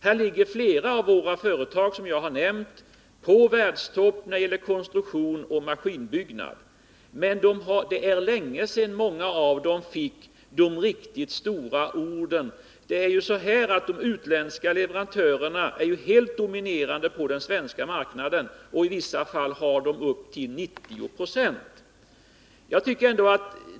Här ligger flera av våra företag på världstopp när det gäller konstruktion och maskinbyggnad. Men det är länge sedan många av dem fick riktigt stora order. De utländska leverantörerna är helt dominerande på den svenska marknaden. I vissa fall har de upp till 90 26 av den.